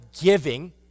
giving